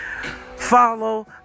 Follow